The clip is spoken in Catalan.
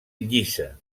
llisa